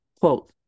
quote